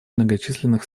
многочисленных